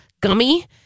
gummy